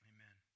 Amen